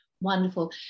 wonderful